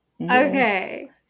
Okay